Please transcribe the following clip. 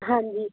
ਹਾਂਜੀ